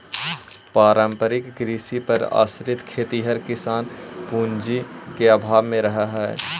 पारिवारिक कृषि पर आश्रित खेतिहर किसान पूँजी के अभाव में रहऽ हइ